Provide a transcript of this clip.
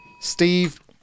Steve